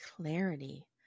clarity